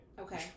Okay